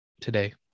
today